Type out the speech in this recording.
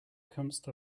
comest